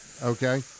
Okay